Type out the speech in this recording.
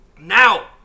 Now